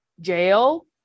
jail